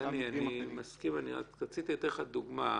דני, אני מסכים, רק רציתי לתת לך דוגמה.